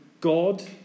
God